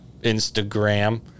Instagram